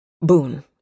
Boon